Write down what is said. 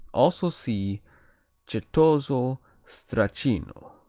also see certoso stracchino.